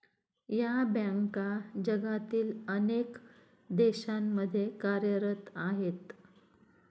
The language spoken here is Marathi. या बँका जगातील अनेक देशांमध्ये कार्यरत आहेत